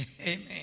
Amen